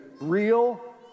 real